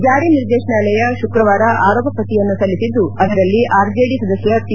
ಜಾರಿ ನಿರ್ದೇಶನಾಲಯ ಶುಕ್ರವಾರ ಆರೋಪ ಪಟ್ಟಿಯನ್ನು ಸಲ್ಲಿಸಿದ್ದು ಅದರಲ್ಲಿ ಆರ್ಜೆಡಿ ಸದಸ್ಯ ಪಿ